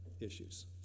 issues